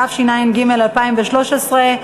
התשע"ג 2013,